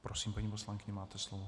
Prosím, paní poslankyně, máte slovo.